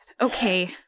Okay